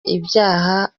ibyaha